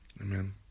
Amen